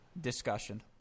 discussion